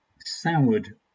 soured